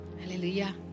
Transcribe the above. Hallelujah